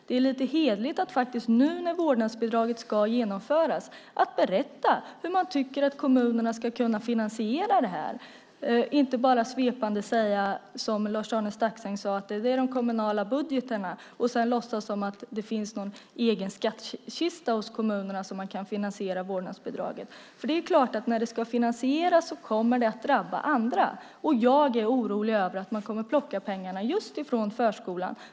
Det är lite hederligt att nu när vårdnadsbidraget faktiskt ska genomföras berätta hur man tycker att kommunerna ska kunna finansiera det och inte bara svepande säga, som Lars-Arne Staxäng, att det går över de kommunala budgetarna. Sedan låtsas man som om det finns en egen skattkista hos kommunerna som gör att de kan finansiera vårdnadsbidraget. Det är klart att när detta ska finansieras kommer det att drabba andra, och jag är orolig över att man kommer att plocka pengarna just från förskolan.